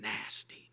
nasty